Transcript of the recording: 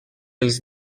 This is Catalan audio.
els